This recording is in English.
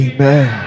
Amen